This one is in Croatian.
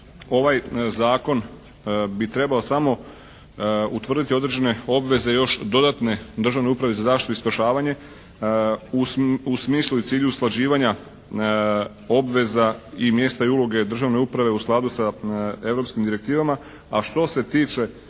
ovaj zakon bi trebao samo utvrditi određene obveze još dodatne Državne uprave za zaštitu i spašavanje u smislu i cilju usklađivanja obveza i mjesta i uloge državne uprave u skladu sa europskim direktivama. A što se tiče